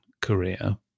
Korea